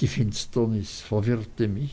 die finsternis verwirrte mich